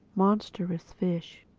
monstrous fishes,